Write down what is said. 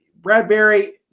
Bradbury